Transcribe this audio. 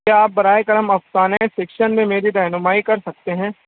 کیا آپ برائے کرم افسانے فِکشن میں میری رہنمائی کر سکتے ہیں